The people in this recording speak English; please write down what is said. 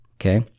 Okay